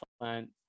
plant